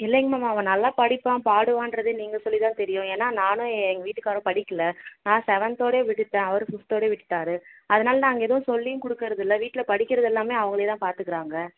இல்லைங்க மேம் அவன் நல்லா படிப்பான் பாடுவான்றதே நீங்கள் சொல்லி தான் தெரியும் ஏன்னா நானும் எங்கள் வீட்டுகாரரும் படிக்கலை நான் செவன்த்தோடயே விட்டுட்டேன் அவர் பிஃப்த்தோடயே விட்டுட்டார் அதனால் நாங்கள் எதுவும் சொல்லியும் கொடுக்கறது இல்லை வீட்டில் படிக்கிறதெல்லாமே அவங்களே தான் பார்த்துக்குறாங்க